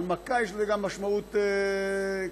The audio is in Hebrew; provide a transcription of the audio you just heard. אבל למכָּה יש גם משמעות קשה,